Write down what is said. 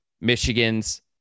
Michigan's